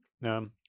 No